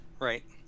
right